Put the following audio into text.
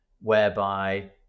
whereby